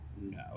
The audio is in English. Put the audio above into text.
No